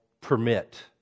permit